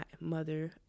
mother